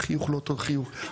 החיוך לא אותו חיוך,